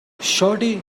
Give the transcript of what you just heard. shawty